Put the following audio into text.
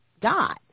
God